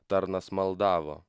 tarnas maldavo